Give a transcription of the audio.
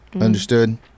understood